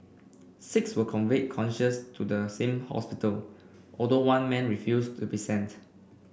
six were conveyed conscious to the same hospital although one man refused to be sent